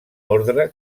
ordre